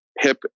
hip